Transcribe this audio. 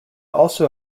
also